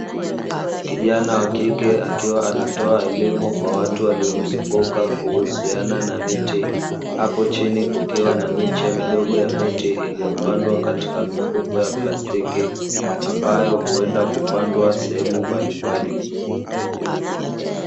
Kijana wa kike akiwa anatoa elimu kwa watu waliomzunguka kuhusiana na miti, hapo chini kukiwa na miche midogo ya miti iliyopandwa kwenye mifuko ya plastiki ambayo huenda kupandwa sehemu mbalimbali.